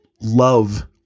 love